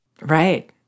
Right